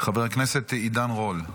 חבר הכנסת עידן רול.